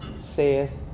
saith